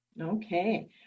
Okay